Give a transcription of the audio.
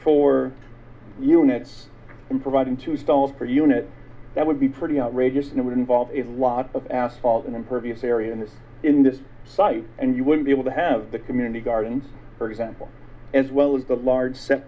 four units in providing to solve per unit that would be pretty outrageous and it would involve a lot of asphalt and impervious area and in this site and you would be able to have the community gardens for example as well as the large s